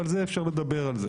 אבל אפשר לדבר על זה.